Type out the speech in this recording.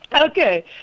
Okay